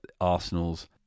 Arsenal's